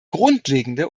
grundlegende